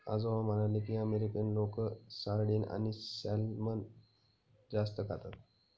आजोबा म्हणाले की, अमेरिकन लोक सार्डिन आणि सॅल्मन जास्त खातात